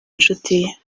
inshuti